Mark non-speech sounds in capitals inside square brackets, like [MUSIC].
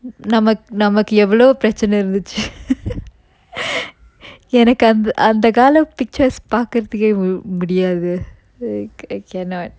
நமக்~ நமக்கு எவ்வளவு பிரச்சன இருந்துச்சு:namak~ namakku evvalavu pirachana irunduchu [LAUGHS] எனக்கு அந்த அந்த கால:enakku antha antha kala pictures பாக்குறதுக்கே முடியாது:pakkurathukke mudiyathu I cannot